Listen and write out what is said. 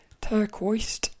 turquoise